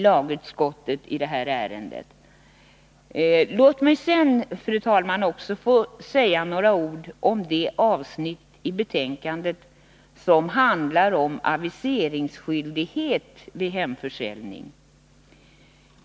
Låt mig sedan också få säga några ord om det avsnitt i betänkandet som handlar om aviseringsskyldighet vid hemförsäljning.